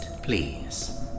Please